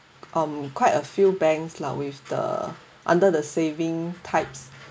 um quite a few banks lah with the under the saving types